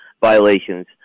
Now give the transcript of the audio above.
violations